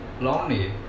lonely